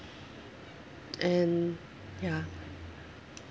and ya